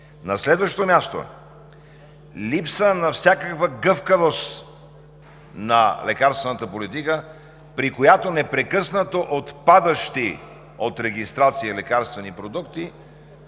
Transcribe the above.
На следващо място – липса на всякаква гъвкавост на лекарствената политика, при която непрекъснато отпадащи от регистрация лекарствени продукти